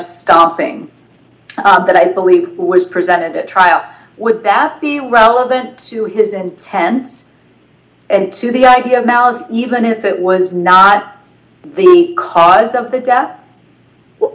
stopping that i believe was presented at trial would that be relevant to his intense and to the idea of malice even if it was not the cause of the death well